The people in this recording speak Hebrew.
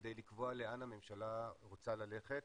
כדי לקבוע לאן הממשלה רוצה ללכת.